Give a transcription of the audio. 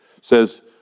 says